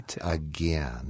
again